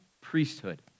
priesthood